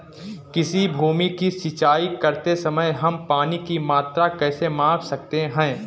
किसी भूमि की सिंचाई करते समय हम पानी की मात्रा कैसे माप सकते हैं?